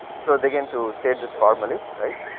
so begin to state this formally right,